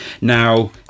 Now